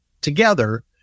together